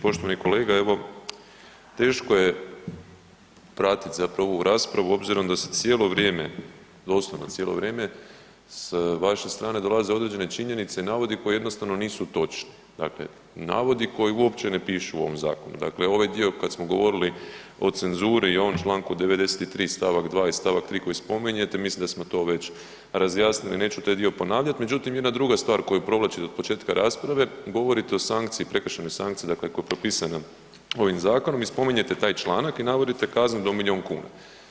Poštovani kolega, evo teško je pratit zapravo ovu raspravu obzirom da se cijelo vrijeme, doslovno cijelo vrijeme s vaše strane dolazi određene činjenice i navodi koje jednostavno nisu točni, dakle navodi koji uopće ne pišu u ovom zakonu, dakle ovaj dio kad smo govorili o cenzuri i ovom članku 93. stavak 2. i 3. koji spominjete, mislim da smo to već razjasnili, neću taj dio ponavljat, međutim jedna druga stvar koju provlačite od početka rasprave, govorite o sankciji, prekršajnoj sankciji, dakle koja je propisana ovim zakonom i spominjete taj članak i navodite kaznu do milijun kuna.